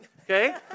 Okay